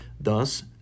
Thus